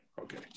Okay